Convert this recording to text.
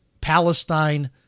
Palestine